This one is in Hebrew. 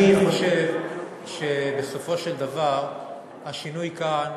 אני חושב שבסופו של דבר השינוי כאן,